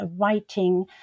writing